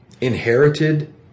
inherited